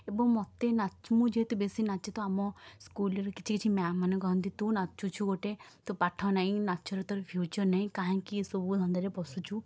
ଏବଂ ମୋତେ ନାଚ ମୁଁ ଯେହେତୁ ବେଶୀ ନାଚେ ତ ଆମ ସ୍କୁଲରେ କିଛି କିଛି ମ୍ୟାମ୍ମାନେ କହନ୍ତି ତୁ ନାଚୁଛୁ ଗୋଟେ ତୋ ପାଠ ନାଇଁ ନାଚରେ ତୋର ଫ୍ୟୁଚର୍ ନାଇଁ କାହିଁକି ଏସବୁ ଧନ୍ଦାରେ ପଶୁଛୁ